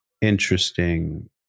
interesting